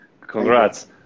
congrats